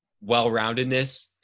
well-roundedness